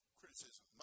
criticism